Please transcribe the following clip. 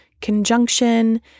conjunction